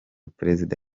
perezida